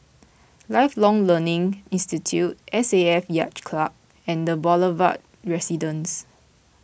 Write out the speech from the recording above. Lifelong Learning Institute S A F Yacht Club and the Boulevard Residence